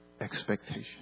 expectation